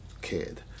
kid